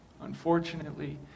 unfortunately